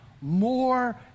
more